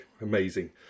Amazing